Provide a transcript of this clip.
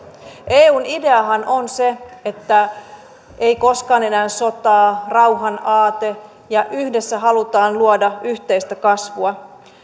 eun ideahan on se että ei koskaan enää sotaa rauhan aate ja yhdessä halutaan luoda yhteistä kasvua